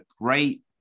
Great